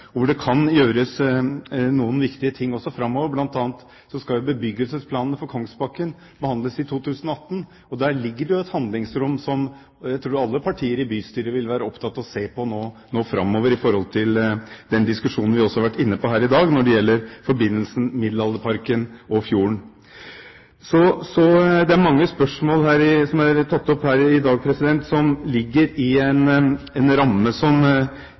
hvor det kan gjøres noen viktige ting også framover. Blant annet skal bebyggelsesplanene for Kongsbakken behandles i 2018. Der ligger det et handlingsrom som jeg tror alle partier i bystyret vil være opptatt av å se på framover, som vi også har vært inne på i dag, når det gjelder forbindelsen Middelalderparken og fjorden. Det er mange spørsmål som er tatt opp her i dag som ligger innenfor rammen av det jeg mener det er viktig at Stortinget diskuterer. Det er flere ting enn det som